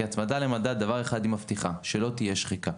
כי הצמדה למדד יש דבר אחד שהיא מבטיחה והוא שלא תהיה שחיקה.